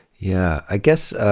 yeah. i guess, ah